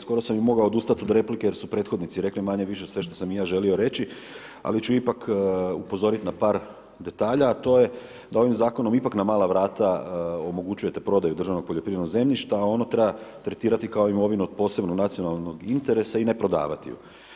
Skoro sam i mogao odustat od replike jer su prethodnici rekli manje-više sve što sam i ja želio reći, ali ču ipak upozoriti na par detalja a to je da ovim zakonom ipak na mala vrata omogućujete prodaju državnog poljoprivrednog zemljišta, ono treba tretirati kao imovinu od posebnim nacionalnim interesa i ne prodavati ju.